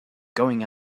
going